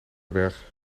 hooiberg